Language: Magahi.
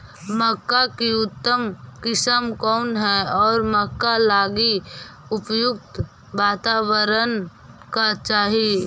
मक्का की उतम किस्म कौन है और मक्का लागि उपयुक्त बाताबरण का चाही?